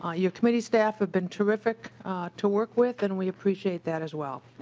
ah your committee staff has been terrific to work with and we appreciate that as well.